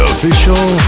official